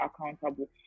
accountable